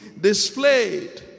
displayed